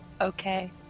Okay